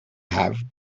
have